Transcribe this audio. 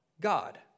God